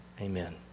amen